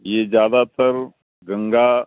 یہ زیادہ تر گنگا